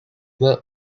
were